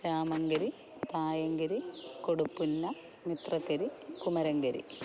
Ramankary Thayankary Koduppunna Mithrakkary Kumarakary